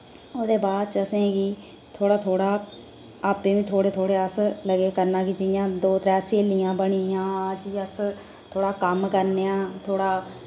ओह्दे बाच असेंगी थोह्ड़ा थोह्ड़ा आपें बी थोह्ड़ा थोह्ड़ा अस लगे करना कि जि'यां दो त्रै सहेलियां बनियां जी अस थोह्ड़ा कम्म करने आं थोह्ड़ा